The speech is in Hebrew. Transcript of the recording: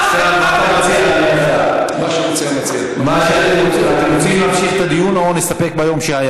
מה מציע אדוני השר?